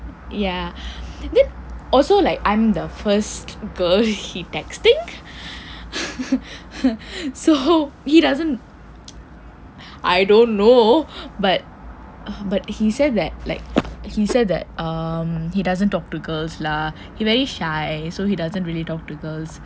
ya then also like I'm the first girl he texting so he doesn't know I don't know but but he said that like he said that um he doesn't talk to girls lah he very shy so he doesn't really talk to girls